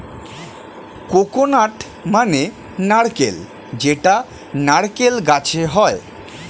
coconut মানে নারকেল যেটা নারকেল গাছে হয়